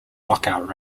knockout